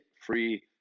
free